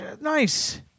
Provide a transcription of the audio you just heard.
nice